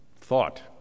thought